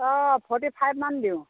অ' forty five মান দিওঁ